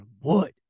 wood